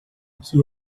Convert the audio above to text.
que